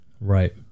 Right